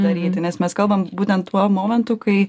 daryti nes mes kalbam būtent tuo momentu kai